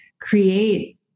create